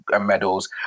medals